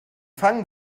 fangen